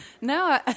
No